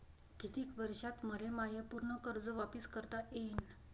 कितीक वर्षात मले माय पूर कर्ज वापिस करता येईन?